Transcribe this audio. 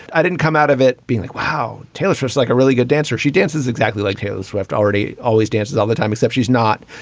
i didn't come out of it being like, wow, taylor swift's like a really good dancer. she dances exactly like taylor swift already. always dances all the time, except she's not.